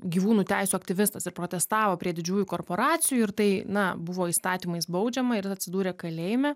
gyvūnų teisių aktyvistas ir protestavo prie didžiųjų korporacijų ir tai na buvo įstatymais baudžiama ir jis atsidūrė kalėjime